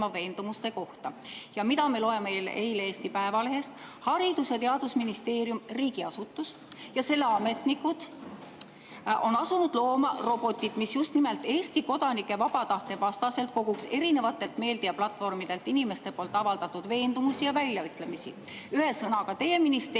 Aga mida me loeme eilsest Eesti Päevalehest? Haridus- ja Teadusministeerium – riigiasutus ja selle ametnikud – on asunud looma robotit, mis just nimelt Eesti kodanike vaba tahte vastaselt koguks erinevatelt meediaplatvormidelt inimeste avaldatud veendumusi ja väljaütlemisi. Ühesõnaga, teie ministeerium